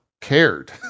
cared